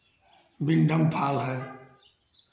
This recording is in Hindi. बिंडम फॉल है